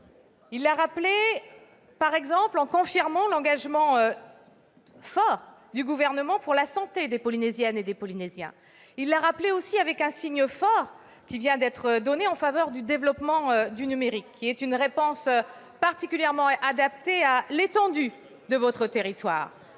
jours, par exemple en confirmant l'engagement fort du Gouvernement pour la santé des Polynésiennes et des Polynésiens. Il l'a aussi rappelé en évoquant un signe fort qui vient d'être donné en faveur du développement du numérique, qui est une réponse particulièrement adaptée à l'étendue de votre territoire.